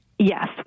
Yes